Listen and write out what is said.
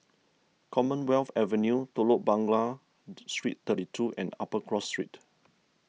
Commonwealth Avenue Telok Blangah Street thirty two and Upper Cross Street